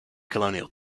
colonial